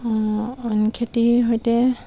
খেতিৰ সৈতে